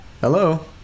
Hello